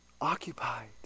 Occupied